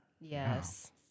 Yes